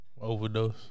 Overdose